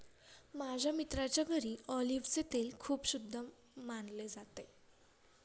माझ्या मित्राच्या घरी ऑलिव्हचे तेल खूप शुद्ध मानले जाते